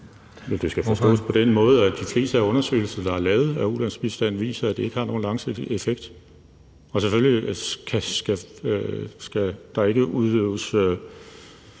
Det skal forstås på den måde, at de fleste af de undersøgelser, der er lavet af ulandsbistand, viser, at det ikke har nogen langsigtet effekt. Og selvfølgelig skal der ikke udøves